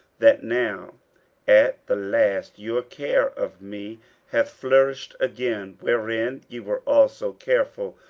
that now at the last your care of me hath flourished again wherein ye were also careful,